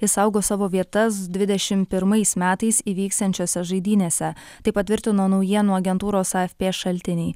išsaugo savo vietas dvidešimt pirmais metais įvyksiančiose žaidynėse tai patvirtino naujienų agentūros afp šaltiniai